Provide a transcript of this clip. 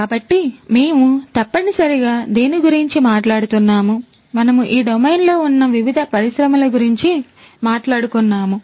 కాబట్టి మేము తప్పనిసరిగా దేని గురించి మాట్లాడుతున్నాము మనము ఈ డొమైన్ లో ఉన్నా వివిధ పరిశ్రమలు గురించి మాట్లాడుకున్నాము